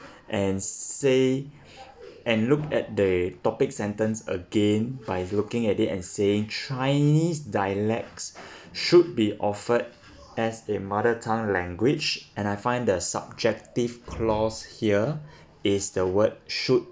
and say and look at the topic sentence again by looking at it and saying chinese dialects should be offered as their mother tongue language and I find the subjective clause here is the word should